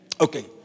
Okay